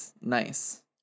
Nice